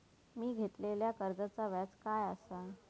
मी घेतलाल्या कर्जाचा व्याज काय आसा?